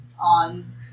on